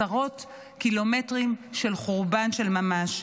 עשרות קילומטרים של חורבן של ממש.